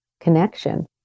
connection